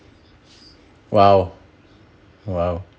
!wow! !wow!